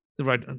Right